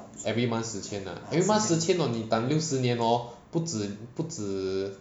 every month 十千 nah every month 十千 you times 六十年 hor 不止不止